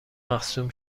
مصدوم